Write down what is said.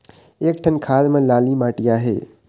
एक ठन खार म लाली माटी आहे?